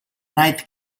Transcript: night